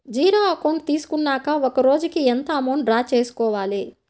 Zero account తీసుకున్నాక ఒక రోజుకి ఎంత అమౌంట్ డ్రా చేసుకోవాలి?